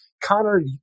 Connor